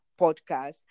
Podcast